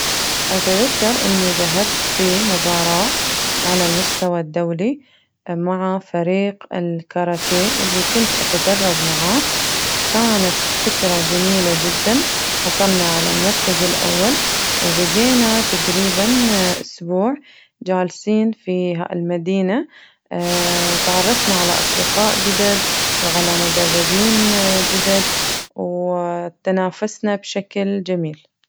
أتذكر أني ذهبت في مباراة على المستوى الدولي مع فريق الكاراتيه اللي كنت أتدرب معاه، كانت ذكرى جميلة جداً حصلنا على المركز الأول وبقينا تقريباً أسبوع جالسين في المدينة وتعرفنا على أصدقاء جدد وعلى مدربين جدد و تنافسنا بشكل جميل.